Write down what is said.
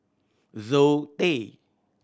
Zoe